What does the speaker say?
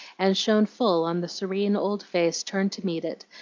and shone full on the serene old face turned to meet it,